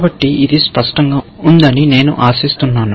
కాబట్టి ఇది స్పష్టంగా ఉందని నేను ఆశిస్తున్నాను